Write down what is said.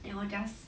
then 我 just